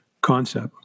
concept